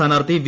സ്ഥാനാർത്ഥി ടി